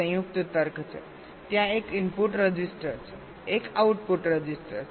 એક સંયુક્ત તર્ક છે ત્યાં એક ઇનપુટ રજિસ્ટર છે એક આઉટપુટ રજિસ્ટર છે